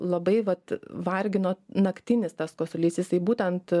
labai vat vargino naktinis tas kosulys jisai būtent